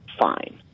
fine